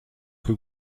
que